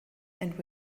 and